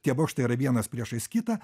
tie bokštai yra vienas priešais kitą